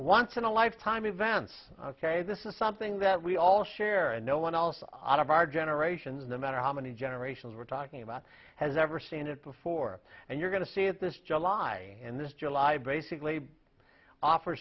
once in a lifetime events ok this is something that we all share and no one else out of our generations no matter how many generations we're talking about has never seen it before and you're going to see it this july and this july basically offer